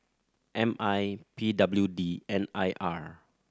M I P W D and I R